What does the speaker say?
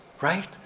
right